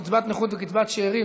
קצבת נכות וקצבת שאירים),